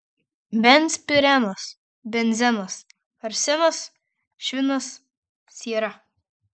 benzpirenas benzenas arsenas švinas siera